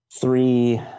three